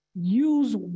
use